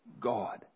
God